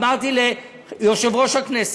אמרתי ליושב-ראש הכנסת: